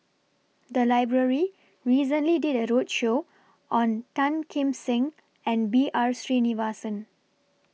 The Library recently did A roadshow on Tan Kim Seng and B R Sreenivasan